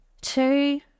Two